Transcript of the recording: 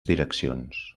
direccions